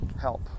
help